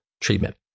treatment